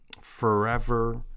forever